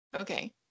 Okay